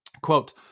quote